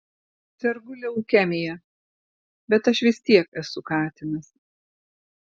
sergu leukemija bet aš vis tiek esu katinas